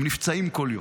הם נפצעים כל יום.